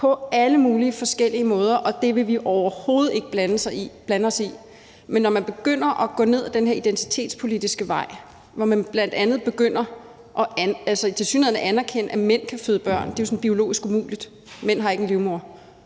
på alle mulige forskellige måder, og det vil vi overhovedet ikke blande os i, men når man begynder at gå ned ad den her identitetspolitiske vej, hvor man tilsyneladende bl.a. begynder at anerkende, at mænd kan føde børn – det er jo sådan biologisk muligt, mænd har ikke en livmoder